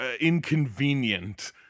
inconvenient